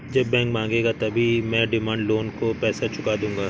जब बैंक मांगेगा तभी मैं डिमांड लोन का पैसा चुका दूंगा